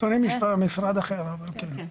משפחתונים זה בסדר אחר, אבל כן.